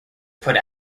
put